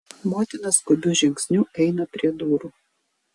motina skubiu žingsniu eina prie durų